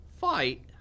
Fight